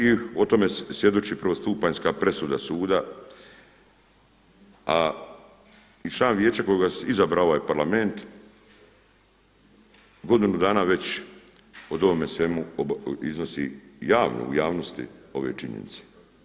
I o tome svjedoči prvostupanjska presuda suda, a član vijeća kojega je izabrao ovaj Parlament godinu dana već o ovome svemu iznosi javno u javnosti ove činjenice.